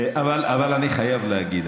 אבל אני חייב להגיד,